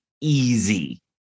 easy